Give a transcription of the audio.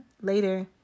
later